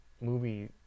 movie